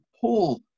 Paul